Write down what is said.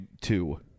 two